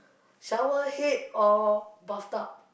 shower head or bathtub